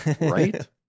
Right